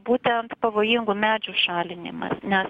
būtent pavojingų medžių šalinimas nes